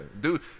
Dude